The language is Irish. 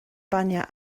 bainne